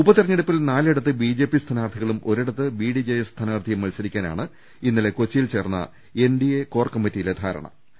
ഉപ തെരഞ്ഞെടുപ്പിൽ നാലിടത്ത് ബി ജെ പി സ്ഥാനാർത്ഥികളും ഒരിടത്ത് ബി ഡി ജെ എസ് സ്ഥാനാർത്ഥിയും മത്സരിക്കാനാണ് ഇന്നലെ കൊച്ചിയിൽ ചേർന്ന എൻ ഡി എ കോർകമ്മിറ്റിയിലെ ധാരണ്